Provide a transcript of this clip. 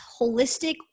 holistic